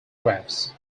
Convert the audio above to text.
graphs